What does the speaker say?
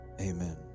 amen